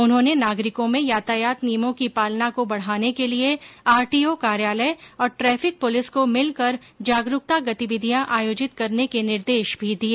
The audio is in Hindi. उन्होंने नागरिकों में यातायात नियमों की पालना को बढाने के लिए आरटीओ कार्यालय और ट्रेफिक पुलिस को मिलकर जागरूकता गतिविधियां आयोजित करने के निर्देश भी दिए